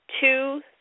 Two